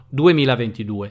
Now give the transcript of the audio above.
2022